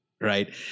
Right